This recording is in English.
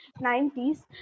90s